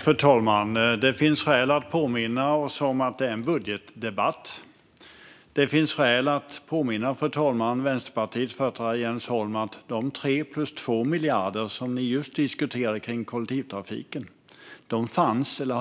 Fru talman! Det finns skäl att påminna om att detta är en budgetdebatt. Det finns skäl, fru talman, att påminna Vänsterpartiets företrädare Jens Holm om att de 3 plus 2 miljarder till kollektivtrafiken, som ni just diskuterade,